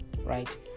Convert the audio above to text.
right